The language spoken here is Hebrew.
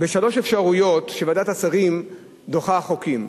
שלוש אפשרויות, שוועדת השרים דוחה חוקים: